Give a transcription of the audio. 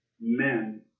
men